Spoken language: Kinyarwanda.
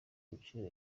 nshuro